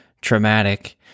traumatic